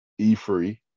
E3